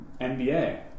NBA